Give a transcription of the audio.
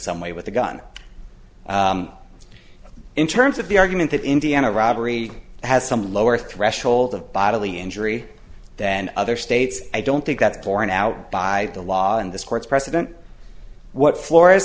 some way with the gun in terms of the argument that indiana robbery has some lower threshold of bodily injury then other states i don't think that's borne out by the law and this court's precedent what flo